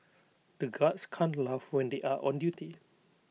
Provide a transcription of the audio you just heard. the guards can't laugh when they are on duty